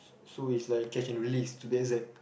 so it's like catch and release to be exact